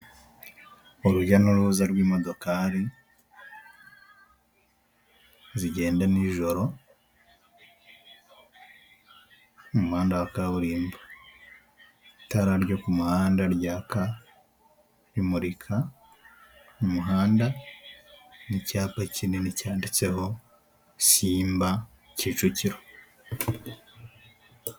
Urujya n'uruza rw'imodokari, zigenda nijoro mu muhanda wa kaburimbo. Itara ryo ku muhanda ryaka rimurika mu muhanda n'icyapa kinini cyanditseho Simba Kicukiro.